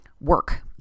work